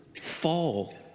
fall